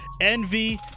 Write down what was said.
Envy